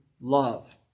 love